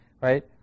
right